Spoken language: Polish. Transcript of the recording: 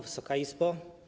Wysoka Izbo!